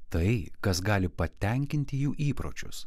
tai kas gali patenkinti jų įpročius